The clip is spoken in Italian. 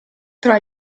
tra